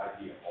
idea